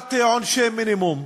קביעת עונשי מינימום,